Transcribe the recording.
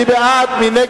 ובכן,